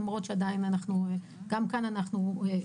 גם כאן אנחנו בחיתולים.